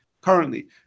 currently